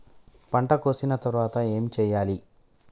పంట కోసిన తర్వాత ఏం చెయ్యాలి?